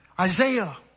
Isaiah